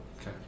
Okay